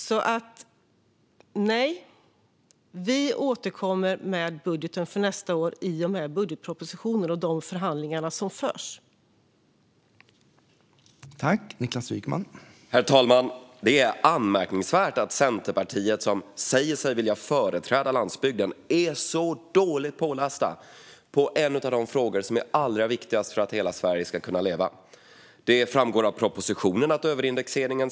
Så nej, vi återkommer med budgeten för nästa år i och med budgetpropositionen och de förhandlingar som förs i och med den.